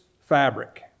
fabric